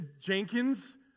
Jenkins